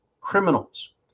criminals